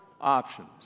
options